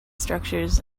structures